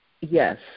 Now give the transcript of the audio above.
Yes